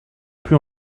pus